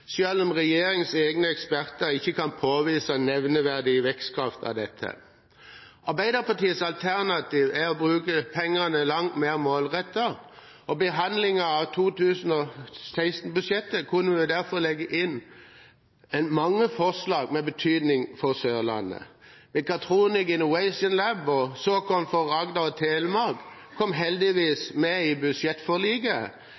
om regjeringens egne eksperter ikke kan påvise nevneverdig vekstkraft av dette. Arbeiderpartiets alternativ er å bruke pengene langt mer målrettet, og i behandlingen av 2016-budsjettet kunne vi derfor legge inn mange forslag med betydning for Sørlandet. Mechatronics Innovation Lab og såkorn for Agder og Telemark kom